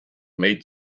made